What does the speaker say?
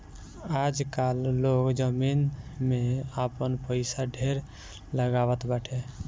आजकाल लोग जमीन में आपन पईसा ढेर लगावत बाटे